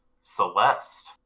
Celeste